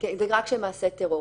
של מעשה טרור.